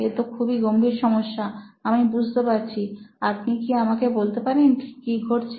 এ তো খুবই গম্ভীর সমস্যা আমি বুঝতে পারছি আপনি কি আমাকে বলতে পারেন ঠিক কি ঘটছে